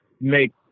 make